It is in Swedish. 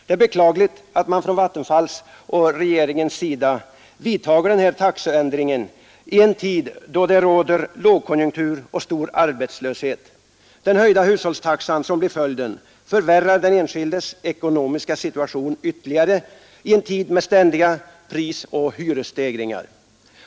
Det är beklagligt att man från Vattenfalls och regeringens sida vidtar denna taxeändring i en tid då det råder lågkonjunktur och stor arbetslöshet. Den höjda hushållstaxa som blir följden förvärrar den enskildes ekonomiska situation ytterligare i en tid med ständiga prisoch hyresstegringar.